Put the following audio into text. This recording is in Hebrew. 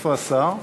איפה השר?